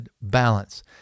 balance